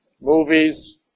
Movies